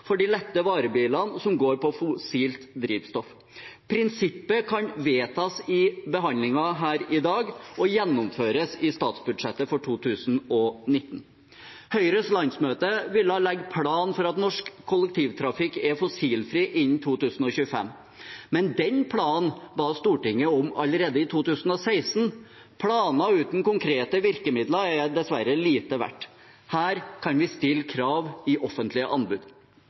for de lette varebilene som går på fossilt drivstoff. Prinsippet kan vedtas i behandlingen her i dag og gjennomføres i statsbudsjettet for 2019. Høyres landsmøte ville legge en plan for at norsk kollektivtrafikk skal være fossilfri innen 2025, men den planen ba Stortinget om allerede i 2016. Planer uten konkrete virkemidler er dessverre lite verdt. Her kan vi stille krav i offentlige anbud.